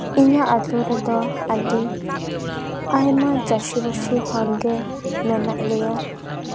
ᱤᱧᱟᱹᱜ ᱟᱹᱛᱩ ᱨᱮᱫᱚ ᱟᱹᱰᱤ ᱟᱭᱢᱟ ᱪᱟᱹᱥᱤᱵᱟᱹᱥᱤ ᱦᱚᱲᱜᱮ ᱢᱮᱱᱟᱜ ᱞᱮᱭᱟ